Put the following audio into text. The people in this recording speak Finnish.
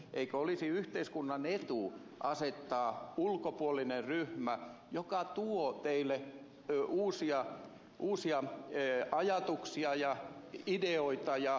eikö olisi yhteiskunnan etu asettaa ulkopuolinen ryhmä joka tuo teille uusia ajatuksia ja ideoita ja ratkaisuja